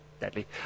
deadly